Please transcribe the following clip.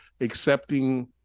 accepting